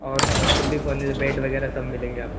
और fully furnished bed वग़ैरह सब मिलेंगे आपको